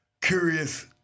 Curious